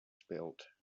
spilled